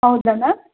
ಹೌದಾ ಮ್ಯಾಮ್